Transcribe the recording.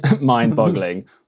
mind-boggling